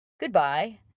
Goodbye